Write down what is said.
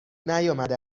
نیامده